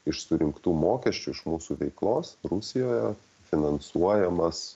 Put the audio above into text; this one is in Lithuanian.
iš surinktų mokesčių iš mūsų veiklos rusijoje finansuojamas